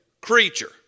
Creature